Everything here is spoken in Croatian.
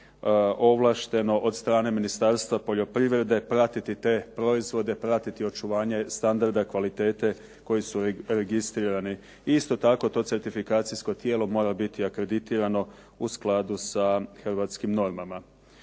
ovlašteno od strane Ministarstva poljoprivrede pratiti te proizvode, pratiti očuvanje standarda kvalitete koji su registrirani i isto tako to certifikacijsko tijelo mora biti akreditirani u skladu sa hrvatskim normama.